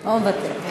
לא מוותר.